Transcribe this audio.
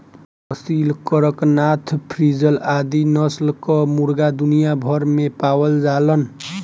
Aseel, Kadaknath, Frizzle आदि नस्ल कअ मुर्गा दुनिया भर में पावल जालन